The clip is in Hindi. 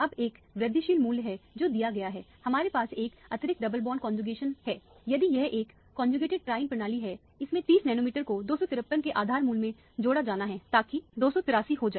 अब एक वृद्धिशील मूल्य है जो दिया गया है हमारे पास एक अतिरिक्त डबल बॉन्ड कौनजूगेटिंग है यदि यह एक कौनजूगेटिंड ट्राईइन प्रणाली है इसमे 30 नैनोमीटर को 253 के आधार मूल्य में जोड़ा जाना है ताकि 283 हो जाए